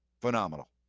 Phenomenal